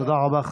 תודה רבה.